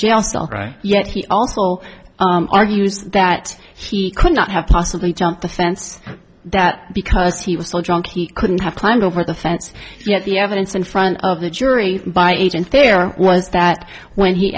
cell yet he also argues that he could not have possibly jumped the fence that because he was so drunk he couldn't have climbed over the fence yet the evidence in front of the jury by agents there was that when he